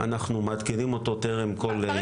אנחנו מעדכנים אותו טרם הדיון.